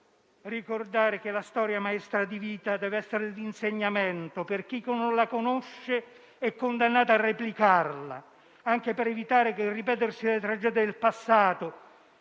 ricordare che la storia, maestra di vita, deve essere di insegnamento per chi non la conosce ed è condannato a replicarla; anche per evitare che il ripetersi delle immani tragedie del passato,